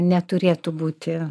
neturėtų būti